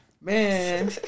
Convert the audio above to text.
man